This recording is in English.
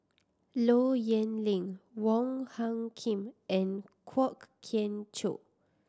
Low Yen Ling Wong Hung Khim and Kwok Kian Chow